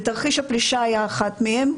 ותרחיש הפלישה היה אחד מהם,